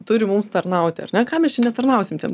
turi mums tarnauti ar ne kam netarnausim tiem